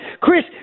Chris